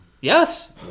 Yes